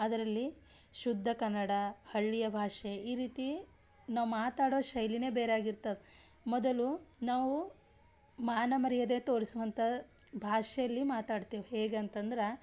ಅದರಲ್ಲಿ ಶುದ್ಧ ಕನ್ನಡ ಹಳ್ಳಿಯ ಭಾಷೆ ಈ ರೀತಿ ನಾವು ಮಾತಾಡೋ ಶೈಲಿಯೇ ಬೇರೆಯಾಗಿರ್ತದೆ ಮೊದಲು ನಾವು ಮಾನ ಮರ್ಯಾದೆ ತೋರಿಸುವಂಥ ಭಾಷೆಯಲ್ಲಿ ಮಾತಾಡ್ತೀವಿ ಹೇಗೆ ಅಂತಂದ್ರೆ